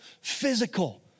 physical